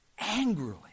angrily